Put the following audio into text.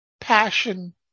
passion